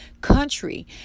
country